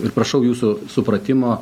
ir prašau jūsų supratimo